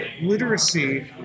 literacy